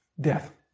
death